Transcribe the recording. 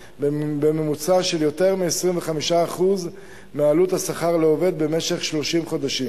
בממוצע של יותר מ-25% מעלות השכר לעובד במשך 30 חודשים,